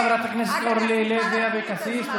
חברת הכנסת אורלי לוי אבקסיס.